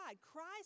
Christ